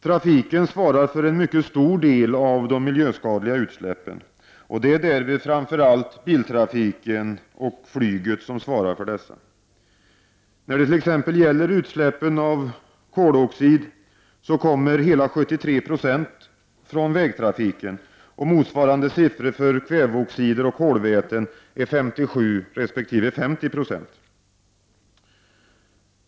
Trafiken svarar för en mycket stor del av de miljöskadliga utsläppen. Det är framför allt biltrafiken och flyget som svarar för dessa. När det gäller t.ex. utsläppen av koloxid kommer hela 73 96 från vägtrafiken. Motsvarande siffror för kväveoxider och kolväten är 57 resp. 50 90.